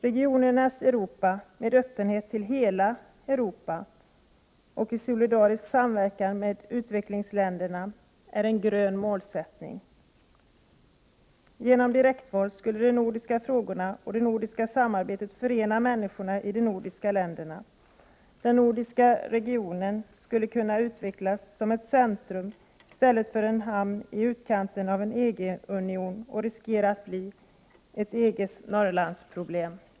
Regionernas Europa, med öppenhet till hela Europa och i solidarisk samverkan med utvecklingsländerna, är en grön målsättning. Genom direktval skulle de nordiska frågorna och det nordiska samarbetet förena människorna i de nordiska länderna. Den nordiska regionen skulle kunna utvecklas som ett centrum i stället för att hamna i utkanten av en EG-union och riskera att bli ett EG:s ”Norrlandsproblem”.